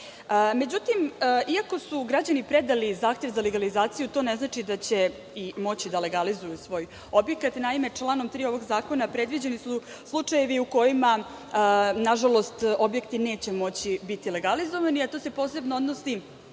Međutim, iako su građani predali zahtev za legalizaciju to ne znači da će moći da legalizuju svoj objekat. Naime, članom 3. ovog zakona predviđeni su slučajevi u kojima, nažalost, objekti neće moći biti legalizovani, a to se posebno odnosi